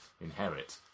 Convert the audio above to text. inherit